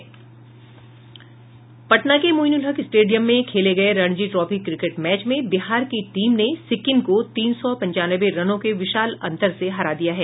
पटना के मोइनुलहक स्टेडियम में खेले गये रणजी ट्राफी क्रिकेट मैच में बिहार की टीम ने सिक्किम को तीन सौ पंचानवे रनों के विशाल अंतर से हरा दिया है